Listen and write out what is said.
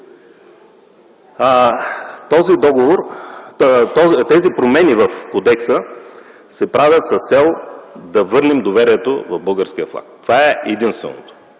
питате нас? Тези промени в Кодекса се правят с цел да върнем доверието в българския флаг. Това е единственото